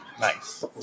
Nice